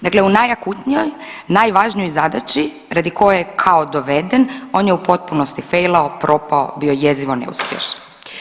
Dakle u najakutnijoj, najvažnijoj zadaći radi koje je kao doveden, on je u potpunosti failao, propao, bilo jezivo neuspješan.